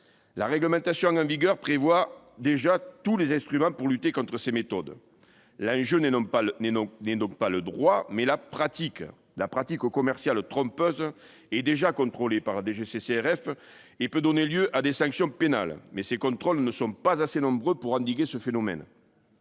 La réglementation en vigueur prévoit déjà tous les instruments pour lutter contre ces méthodes. L'enjeu est donc non le droit, mais la pratique : la pratique commerciale trompeuse est déjà contrôlée par la DGCCRF et peut donner lieu à des sanctions pénales, mais ces contrôles ne sont pas assez nombreux pour endiguer ce phénomène.